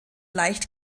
leicht